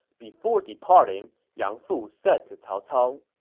before departing, yang fu said to cao cao,